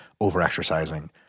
over-exercising